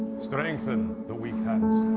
strengthen the weak hands.